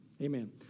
Amen